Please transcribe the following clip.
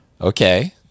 Okay